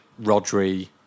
Rodri